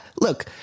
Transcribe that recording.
look